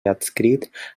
adscrit